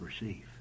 receive